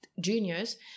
juniors